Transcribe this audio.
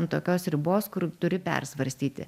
ant tokios ribos kur turi persvarstyti